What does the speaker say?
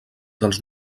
dels